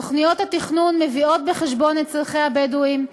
תוכניות התכנון מביאות בחשבון את צורכי הבדואים,